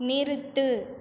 நிறுத்து